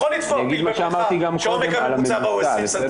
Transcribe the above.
יכול לטבוע פיל בבריכה שעומק הממוצע בה הוא 20 סמ'.